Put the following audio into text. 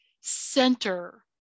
center